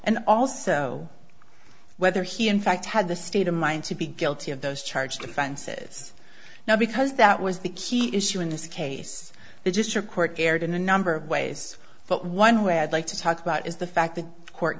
and also whether he in fact had the state of mind to be guilty of those charged offenses now because that was the key issue in this case the district court erred in a number of ways but one way i'd like to talk about is the fact that the court